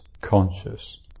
conscious